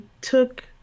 took